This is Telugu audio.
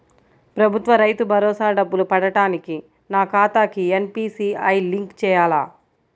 ప్రభుత్వ రైతు భరోసా డబ్బులు పడటానికి నా ఖాతాకి ఎన్.పీ.సి.ఐ లింక్ చేయాలా?